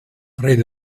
read